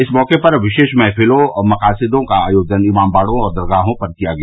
इस मौके पर विशेष महफ़िलों और मकासिदों का आयोजन इमामबाड़ों और दरगाहों पर किया गया